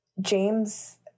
James